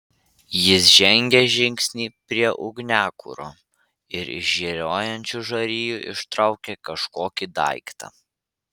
jis žengė žingsnį prie ugniakuro ir iš žėruojančių žarijų ištraukė kažkokį daiktą